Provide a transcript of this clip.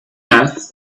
mass